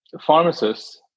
Pharmacists